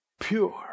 pure